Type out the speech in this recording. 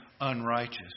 unrighteous